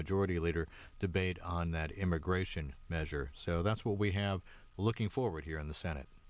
majority leader debate on that immigration measure so that's what we have looking forward here in the senate